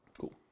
Cool